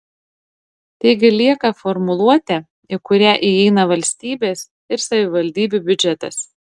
taigi lieka formuluotė į kurią įeina valstybės ir savivaldybių biudžetas